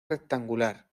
rectangular